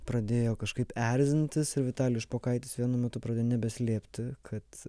pradėjo kažkaip erzintis ir vitalijus špokaitis vienu metu pradėjo nebeslėpti kad